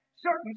certain